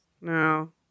No